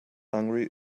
hungry